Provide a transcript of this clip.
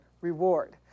reward